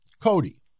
Cody